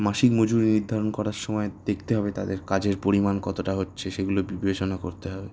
মাসিক মজুরি নির্ধারণ করার সময় দেখতে হবে তাদের কাজের পরিমাণ কতটা হচ্ছে সেগুলো বিবেচনা করতে হবে